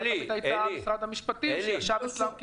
הבעיה הייתה משרד המשפטים, שישב אצלם כנציג.